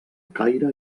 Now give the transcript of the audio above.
caire